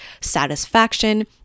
satisfaction